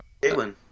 Caitlyn